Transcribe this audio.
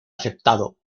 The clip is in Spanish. aceptado